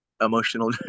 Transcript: emotional